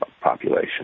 population